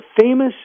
famous